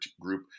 group